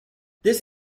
this